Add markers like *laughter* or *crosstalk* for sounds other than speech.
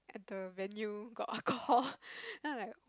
at the venue got alcohol *laughs* then I like